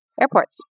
airports